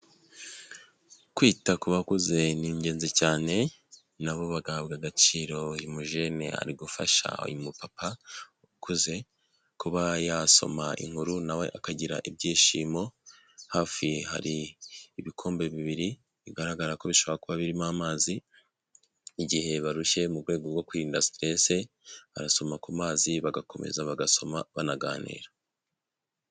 Kwita ku bakuze ni ingenzi cyane nabo bagahabwa agaciro uyu mujene ari gufasha uyu mupapa ukuze kuba yasoma inkuru nawe akagira ibyishimo hafi hari ibikombe bibiri bigaragara ko bishobora kuba birimo amazi igihe barushye mu rwego rwo kwirinda siterese barasoma ku mazi bagakomeza bagasoma banaganira.